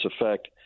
effect